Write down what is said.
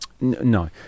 No